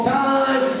time